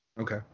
Okay